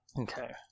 Okay